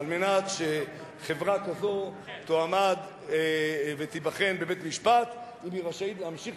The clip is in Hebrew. על מנת שחברה כזו תועמד ותיבחן בבית-משפט אם היא רשאית להמשיך